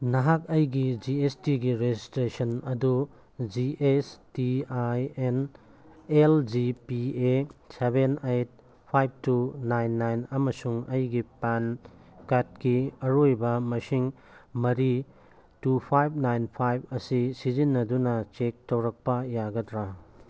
ꯅꯍꯥꯛ ꯑꯩꯒꯤ G S ꯇꯤꯒꯤ ꯔꯦꯖꯤꯁꯇ꯭ꯔꯦꯁꯟ ꯑꯗꯨ G S T I N L G P A seven eight five two nine nine ꯑꯃꯁꯨꯡ ꯑꯩꯒꯤ ꯄꯥꯟ ꯀꯥꯔꯠꯀꯤ ꯑꯔꯣꯏꯕ ꯃꯁꯤꯡ ꯃꯔꯤ ꯇꯨ ꯐꯥꯏꯕ ꯅꯥꯏꯟ ꯐꯥꯏꯕ ꯑꯁꯤ ꯁꯤꯖꯤꯟꯅꯗꯨꯅ ꯆꯦꯛ ꯇꯧꯔꯛꯄ ꯌꯥꯒꯗ꯭ꯔꯥ